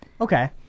Okay